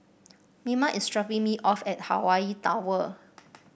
Mima is dropping me off at Hawaii Tower